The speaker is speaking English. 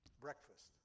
breakfast